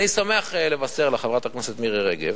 אני שמח לבשר לחברת הכנסת מירי רגב